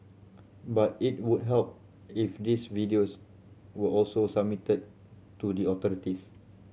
but it would help if these videos were also submitted to the authorities